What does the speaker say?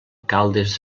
caldes